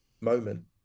moment